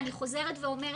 ואני חוזרת ואומרת,